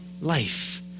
life